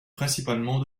principalement